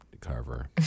carver